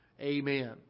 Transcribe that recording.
Amen